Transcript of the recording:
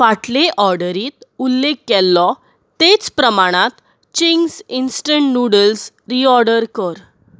फाटले ऑर्डरींत उल्लेख केल्लो तेच प्रमाणांत चिंग्स इंस्टंट नूडल्स रीऑर्डर कर